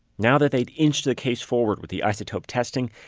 now that they'd inched the case forward with the isotope testing,